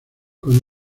con